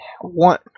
one